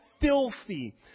filthy